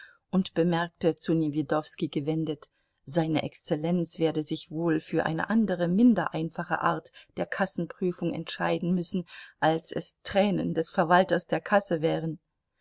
und bemerkte zu newjedowski gewendet seine exzellenz werde sich wohl für eine andere minder einfache art der kassenprüfung entscheiden müssen als es tränen des verwalters der kasse wären